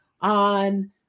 on